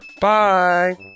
Bye